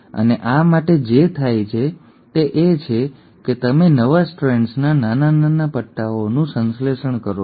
અને આ આ માટે જે થાય છે તે એ છે કે તમે નવા સ્ટ્રેન્ડ્સના નાના નાના પટ્ટાઓનું સંશ્લેષણ કરો છો